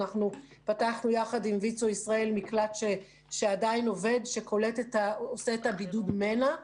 אנחנו פתחנו יחד עם ויצ"ו ישראל מקלט שעדיין עובד ועושה את בידוד מנע.